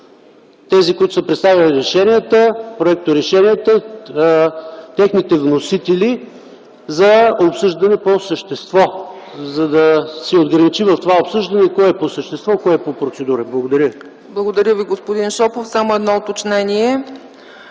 тези, които са представили проекторешенията, техните вносители, за обсъждане по същество, за да се отграничи в това обсъждане кое е по същество, кое по процедура. Благодаря. ПРЕДСЕДАТЕЛ ЦЕЦКА ЦАЧЕВА: Благодаря Ви, господин Шопов. Само едно уточнение